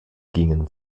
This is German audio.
gingen